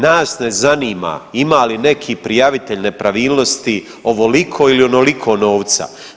Nas ne zanima ima li neki prijavitelj nepravilnosti ovoliko ili onoliko novca.